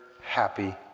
happy